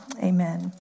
amen